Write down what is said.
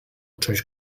czymś